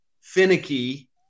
finicky